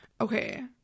Okay